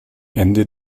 ende